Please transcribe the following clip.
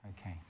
okay